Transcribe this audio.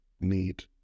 need